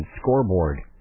scoreboard